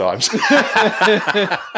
times